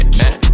man